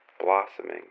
blossoming